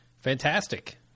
Fantastic